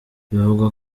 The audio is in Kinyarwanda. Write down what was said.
bivugwa